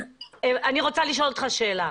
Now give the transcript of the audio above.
אני רוצה לשאול אותך שאלה.